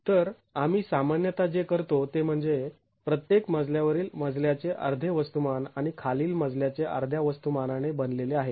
तर आम्ही सामान्यतः जे करतो ते म्हणजे प्रत्येक मजला वरील मजल्याचे अर्धे वस्तुमान आणि खालील मजल्याचे अर्ध्या वस्तुमाना ने बनलेले आहे